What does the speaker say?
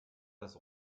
das